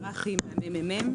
היושב-ראש.